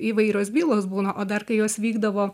įvairios bylos būna o dar kai jos vykdavo